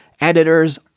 Editors